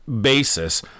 basis